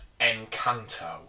Encanto